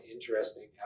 interesting